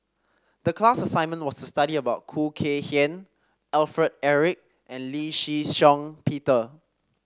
the class assignment was to study about Khoo Kay Hian Alfred Eric and Lee Shih Shiong Peter